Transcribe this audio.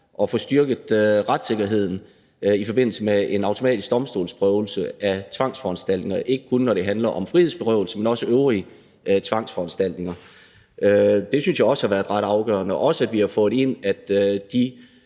at få styrket retssikkerheden i forbindelse med en automatisk domstolsprøvelse af tvangsforanstaltninger, og ikke kun, når det handler om frihedsberøvelse, men også, når det handler om øvrige tvangsforanstaltninger. Det synes jeg også er ret afgørende – og også at vi har fået ind, at de